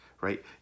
right